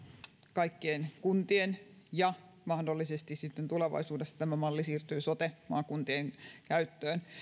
kaikkien kuntien tilannetta ja mahdollisesti sitten tulevaisuudessa tämä malli siirtyy sote maakuntien käyttöön